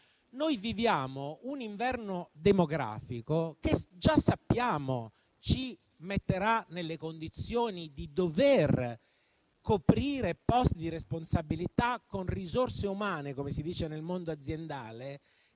Viviamo un inverno demografico che già sappiamo ci metterà nelle condizioni di dover coprire posti di responsabilità con risorse umane, come si dice nel mondo aziendale,